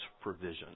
provision